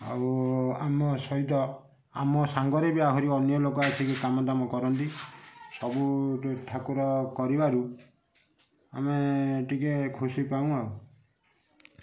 ଆଉ ଆମ ସହିତ ଆମ ସାଙ୍ଗରେ ବି ଆହୁରି ଅନ୍ୟ ଲୋକ ଆସିକି କାମ ଦାମ କରନ୍ତି ସବୁ ଠାକୁର କରିବାରୁ ଆମେ ଟିକେ ଖୁସି ପାଉ ଆଉ